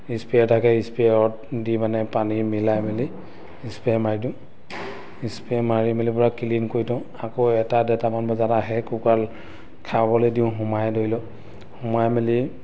spray থাকে স্প্ৰেয়ত দি মানে পানী মিলাই মেলি স্প্ৰে মাৰি দিওঁ স্প্ৰে মাৰি মেলি পূৰা ক্লিন কৰি থওঁ আকৌ এটা ডেৰটামান বজাত আহে কুকাৰ খাবলৈ দিওঁ সোমাই ধৰি লওক সোমাই মেলি